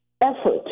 effort